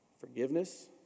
forgiveness